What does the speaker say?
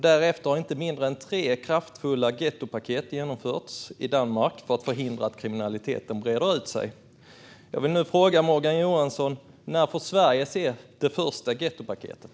Därefter har inte mindre än tre kraftfulla gettopaket genomförts i Danmark för att förhindra att kriminaliteten breder ut sig. Jag vill nu fråga Morgan Johansson när Sverige får se det första gettopaketet.